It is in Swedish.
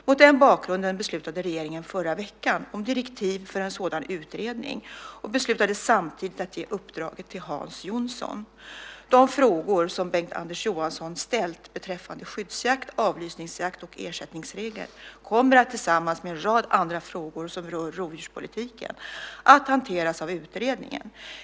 Mot den bakgrunden beslutade regeringen förra veckan om direktiv för en sådan utredning och beslutade samtidigt att ge uppdraget till Hans Jonsson. De frågor som Bengt-Anders Johansson ställt beträffande skyddsjakt, avlysningsjakt och ersättningsregler kommer att tillsammans med en rad andra frågor som rör rovdjurspolitiken att hanteras av utredningen.